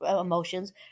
emotions